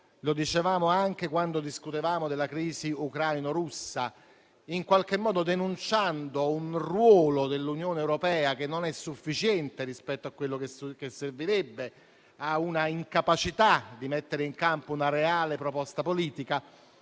lo dicevamo anche quando discutevamo della crisi ucraino-russa, in qualche modo denunciando un ruolo dell'Unione europea che non è sufficiente rispetto a quello che servirebbe ed una incapacità di mettere in campo una reale proposta politica.